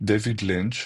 דייוויד לינץ',